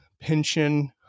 pension